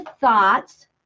thoughts